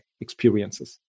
experiences